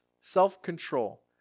self-control